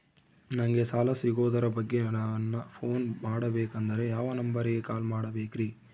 ನಂಗೆ ಸಾಲ ಸಿಗೋದರ ಬಗ್ಗೆ ನನ್ನ ಪೋನ್ ಮಾಡಬೇಕಂದರೆ ಯಾವ ನಂಬರಿಗೆ ಕಾಲ್ ಮಾಡಬೇಕ್ರಿ?